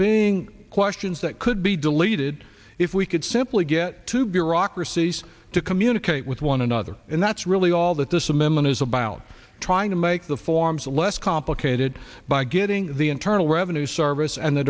being questions that could be deleted if we could simply get two bureaucracies to communicate with one another and that's really all that this amendment is about trying to make the forms less complicated by getting the internal revenue service and the